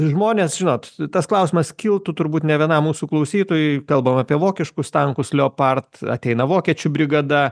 žmonės žinot tas klausimas kiltų turbūt ne vienam mūsų klausytojui kalbam apie vokiškus tankus leopard ateina vokiečių brigada